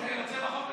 אני רוצה בחוק הזה,